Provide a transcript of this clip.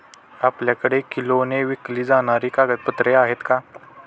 आपल्याकडे किलोने विकली जाणारी कागदपत्रे आहेत का?